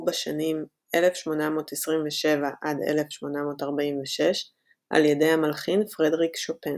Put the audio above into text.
בשנים 1827–1846 על ידי המלחין פרדריק שופן.